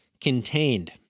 contained